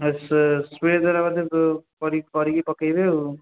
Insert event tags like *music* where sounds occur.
ଆଉ ସେ *unintelligible* ସ୍ପ୍ରେ ଦ୍ୱାରା ବୋଧେ କରିକି ପକେଇବି ଆଉ